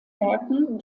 werken